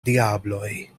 diabloj